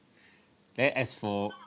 then as for